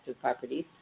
properties